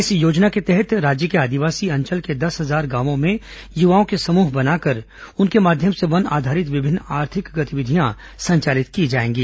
इस योजना के तहत राज्य के आदिवासी अंचल के दस हजार गांवों में युवाओं के समूह बनाकर उनके माध्यम से वन आधारित विभिन्न आर्थिक गतिविधियां संचालित की जाएंगी